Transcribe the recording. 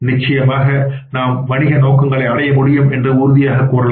நிச்சயமாக நாம் வணிக நோக்கங்களை அடைய முடியும் என்று உறுதியாகக் கூறலாம்